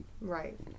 Right